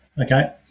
Okay